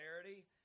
clarity